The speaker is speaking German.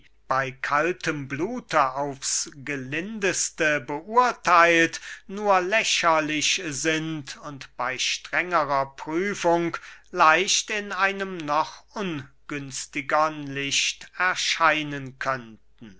bey kaltem blute aufs gelindeste beurtheilt nur lächerlich sind und bey strengerer prüfung leicht in einem noch ungünstigern licht erscheinen könnten